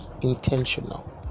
intentional